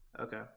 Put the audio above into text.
Okay